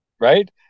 Right